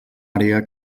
àrea